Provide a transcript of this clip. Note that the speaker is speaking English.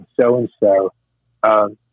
so-and-so